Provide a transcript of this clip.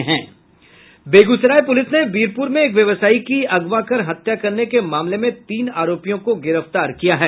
Begusarai police ने वीरपूर में एक व्यवसायी की अगवा कर हत्या करने के मामले में तीन आरोपियों को गिरफ्तार किया है